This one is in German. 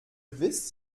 wisst